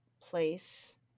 place